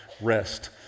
rest